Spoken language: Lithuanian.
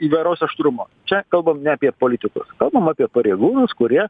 įvairaus aštrumo čia kalbam ne apie politikus kalbam apie pareigūnus kurie